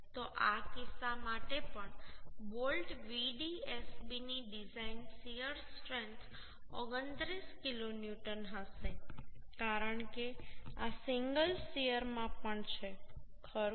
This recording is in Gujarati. તો આ કિસ્સા માટે પણ બોલ્ટ Vdsb ની ડિઝાઇન શીયર સ્ટ્રેન્થ 29 કિલોન્યુટન હશે કારણ કે આ સિંગલ શીયરમાં પણ છે ખરું